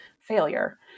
failure